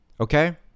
Okay